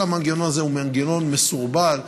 כל המנגנון הזה הוא מנגנון מסורבל,